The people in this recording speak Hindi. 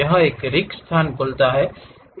यह एक रिक्त स्थान खोलता है